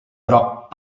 groc